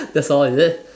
that's all is it